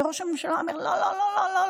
וראש הממשלה אומר: לא לא לא,